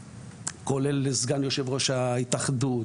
כולל סגן יושב ראש ההתאחדות,